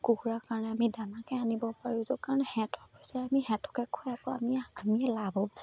কুকুৰা কাৰণে আমি দানাকে আনিব পাৰিছোঁ কাৰণ সিহঁতৰ পইচাই আমি সিহঁতকে খুৱাব আমি আমি লাভ হ'ব